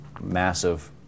massive